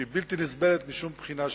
שהיא בלתי נסבלת משום בחינה שהיא.